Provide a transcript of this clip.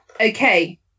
Okay